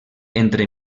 entre